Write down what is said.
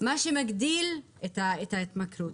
מה שמגדיל את ההתמכרות,